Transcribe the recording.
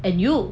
and you